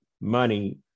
money